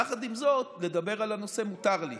יחד עם זאת, לדבר על הנושא מותר לי,